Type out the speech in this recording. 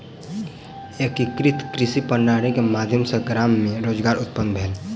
एकीकृत कृषि प्रणाली के माध्यम सॅ गाम मे रोजगार उत्पादन भेल